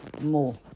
more